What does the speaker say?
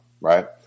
right